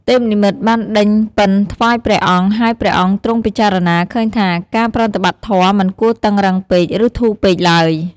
ទេពនិមិត្តបានដេញពិណថ្វាយព្រះអង្គ ហើយព្រះអង្គទ្រង់ពិចារណាឃើញថា ការប្រតិបត្តិធម៌មិនគួរតឹងរ៉ឹងពេក ឬធូរពេកឡើយ។